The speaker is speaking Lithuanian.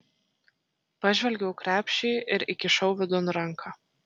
pažvelgiau į krepšį ir įkišau vidun ranką